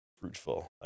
fruitful